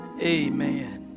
amen